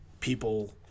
people